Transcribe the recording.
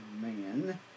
man